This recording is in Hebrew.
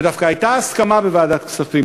ודווקא הייתה הסכמה בוועדת הכספים,